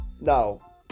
now